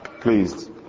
please